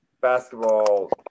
basketball